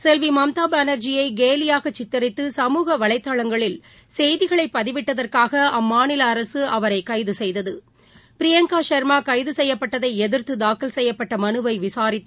செல்வி மம்தா பானர்ஜியை கேலியாக சித்தித்து சமூக வலைதளங்களில் செய்திகளை பதிவிட்டதற்காக அம்மாநில அரசு அவரைல கைது செய்தது பிரியங்கா சர்மா கைது செய்யப்பட்டதை எதிர்த்து தாக்கல் செய்யப்பட்ட மனுவை விசாரித்த